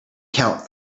count